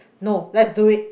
no let's do it